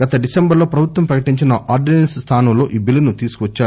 గత డిసెంబర్లో ప్రభుత్వం ప్రకటించిన ఆర్డిసెన్స్ స్థానంలో ఈ బిల్లును తీసుకువచ్చారు